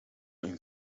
een